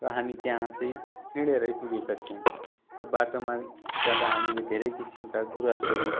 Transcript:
र हामी त्यहाँ चाहिँ हिँडेरै पुगेका थियौँ र बाटोमा जाँदा हामीले धेरै किसिमका गुराँसहरू